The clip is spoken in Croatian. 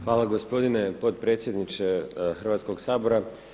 Hvala gospodine potpredsjedniče Hrvatskoga sabora.